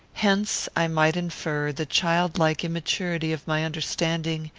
hence i might infer the childlike immaturity of my understanding,